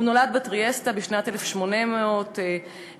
הוא נולד בטריאסטה בשנת 1800 ונפטר